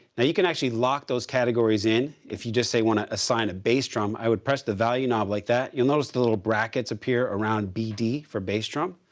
and you can actually lock those categories in. if you just say want to assign a bass drum, i would press the value knob like that. you'll notice the little brackets appear around bd for bass drum.